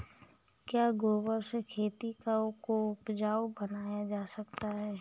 क्या गोबर से खेती को उपजाउ बनाया जा सकता है?